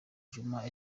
juma